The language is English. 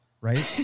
Right